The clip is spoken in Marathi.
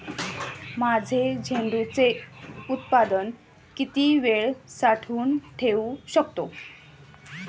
माझे झेंडूचे उत्पादन किती वेळ साठवून ठेवू शकतो?